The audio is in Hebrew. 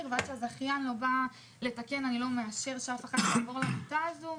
ועד שהזכיין לא יגיע לתקן אני לא מאשר שאף אחת תעבור למיטה הזאת.